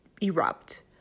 erupt